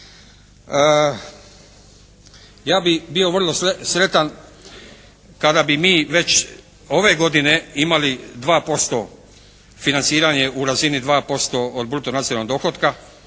Ja bih bio vrlo sretan kada bi mi već ove godine imali financiranje u razini 2% od bruto nacionalnog dohotka.